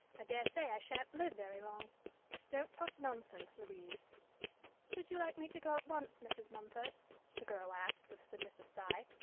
i daresay i shan't live very long don't talk nonsense, louise should you like me to go at once, mrs. mumford the girl asked, with a submissive sigh.